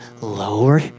lower